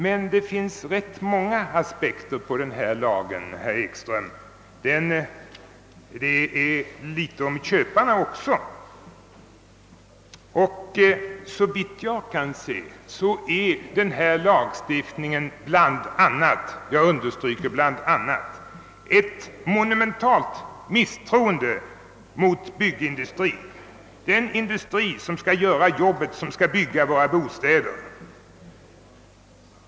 Men det finns rätt många aspekter på den här lagen, herr Ekström. Man kan se den också ur köparnas synpunkt. Såvitt jag kan finna är denna lagstiftning bland annat ett monumentalt misstroende mot byggindustrin, den industri som skall göra jobbet, som skall bygga våra bostäder.